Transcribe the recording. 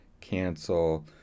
cancel